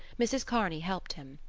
mrs. kearney helped him.